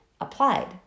applied